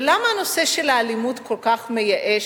ולמה הנושא של האלימות כל כך מייאש